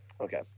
okay